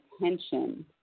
attention